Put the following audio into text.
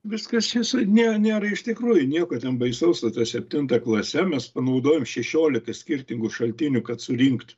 viskas čia ne nėra iš tikrųjų nieko ten baisaus su ta septinta klase mes panaudojom šešiolika skirtingų šaltinių kad surinkt